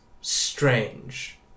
strange